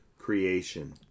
Creation